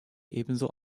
ebenso